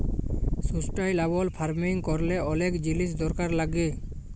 sustainable farming ক্যরলে অলেক জিলিস দরকার লাগ্যে